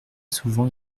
souvent